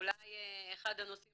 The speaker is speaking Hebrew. אולי אחד הנושאים